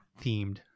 themed